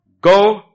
Go